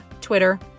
Twitter